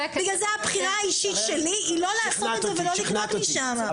בגלל זה הבחירה האישית שלי היא לא לעשות את זה ולא לקנות משם.